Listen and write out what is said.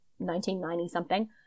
1990-something